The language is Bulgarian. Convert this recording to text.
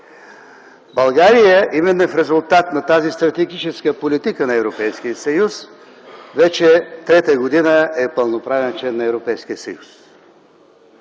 България, именно в резултат на тази стратегическа политика на Европейския съюз, вече трета година е пълноправен член на